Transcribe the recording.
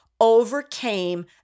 overcame